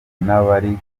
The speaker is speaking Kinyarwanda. n’abari